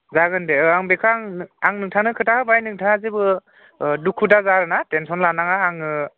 जागोन दे आं बेखो आं नोंथांनो खोथा होबाय नोंथाङा जेबो दुखु दाजा आरो ना टेनसन लानाङा आङो